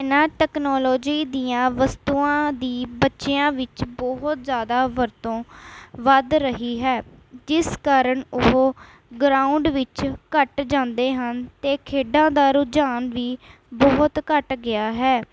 ਬਿਨਾਂ ਟੈਕਨੋਲੋਜੀ ਦੀਆਂ ਵਸਤੂਆਂ ਦੀ ਬੱਚਿਆਂ ਵਿੱਚ ਬਹੁਤ ਜ਼ਿਆਦਾ ਵਰਤੋਂ ਵੱਧ ਰਹੀ ਹੈ ਜਿਸ ਕਾਰਨ ਉਹ ਗਰਾਊਂਡ ਵਿੱਚ ਘੱਟ ਜਾਂਦੇ ਹਨ ਅਤੇ ਖੇਡਾਂ ਦਾ ਰੁਝਾਨ ਵੀ ਬਹੁਤ ਘੱਟ ਗਿਆ ਹੈ